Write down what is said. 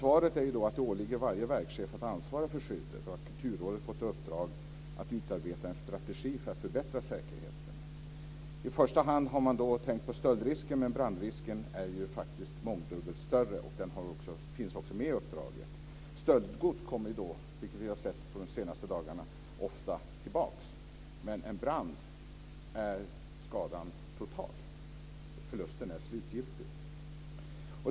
Svaret är att det åligger varje verkschef att ansvara för skyddet och att Kulturrådet har fått i uppdrag att utarbeta en strategi för att förbättra säkerheten. I första hand har man då tänkt på stöldrisken, men brandrisken är ju faktiskt mångdubbelt större. Den finns också med i uppdraget. Stöldgods kommer, vilket vi har sett under de senaste dagarna, ofta tillbaka. Men vid en brand är skadan total; förlusten är slutgiltig.